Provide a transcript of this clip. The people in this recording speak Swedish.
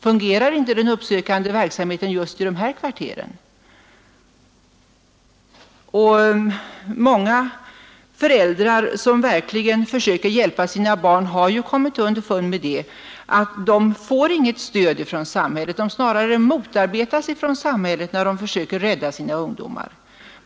Fungerar inte den uppsökande verksamheten just i de här kvarteren? Många föräldrar som verkligen vill hjälpa sina barn har kommit underfund med att de får inget stöd från samhället, att de snarare motarbetas av samhället när de försöker rädda sina ungdomar.